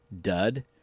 dud